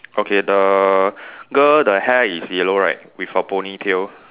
okay the girl the hair is yellow right with a ponytail